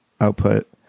output